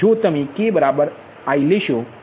તો તેથી જ તો k બરાબર i નથી